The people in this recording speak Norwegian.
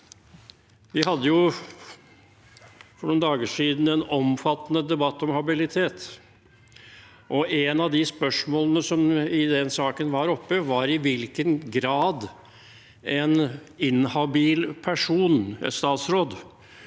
Vi hadde for noen dager siden en omfattende debatt om habilitet, og et av spørsmålene i den saken var i hvilken grad en inhabil statsråd